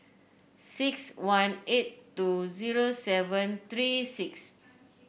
six one eight two zero seven three six